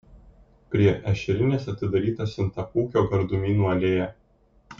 prie ešerinės atidaryta stintapūkio gardumynų alėja